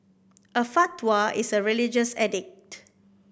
a fatwa is a religious edict